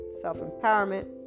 self-empowerment